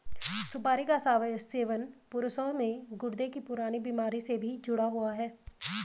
सुपारी का सेवन पुरुषों में गुर्दे की पुरानी बीमारी से भी जुड़ा हुआ है